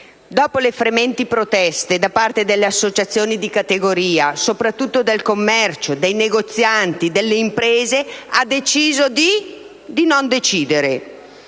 Dopo le frementi proteste da parte delle associazioni di categoria, soprattutto del commercio, dei negozianti, delle imprese ha deciso di....non decidere!